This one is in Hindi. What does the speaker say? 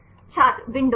छात्र विंडो